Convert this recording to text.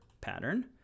pattern